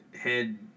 Head